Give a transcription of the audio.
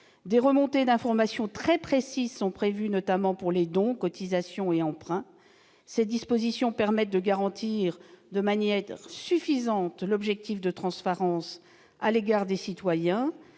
Des remontées d'informations très précises sont prévues, notamment pour les dons, les cotisations et les emprunts. Cette disposition permet de garantir de manière suffisante la transparence vis-à-vis des citoyens,